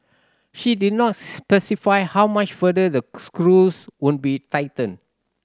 she did not specify how much further the screws would be tightened